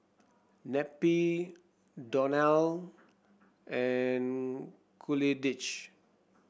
Neppie Donal and